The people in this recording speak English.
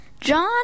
John